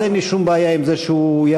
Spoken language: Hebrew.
אז אין לי שום בעיה עם זה שהוא יעלה.